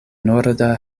norda